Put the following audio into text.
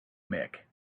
mick